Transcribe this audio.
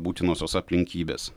būtinosios aplinkybės